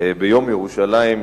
ביום ירושלים,